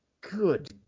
good